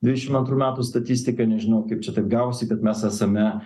dvidešim antrų metų statistika nežinau kaip čia taip gavosi kad mes esame